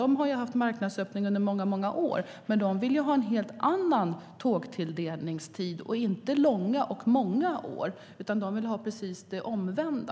De har haft marknadsöppning under många år, men de vill ha en helt annan tågtilldelningstid. De vill inte ha långa och många år, utan de vill ha precis det omvända.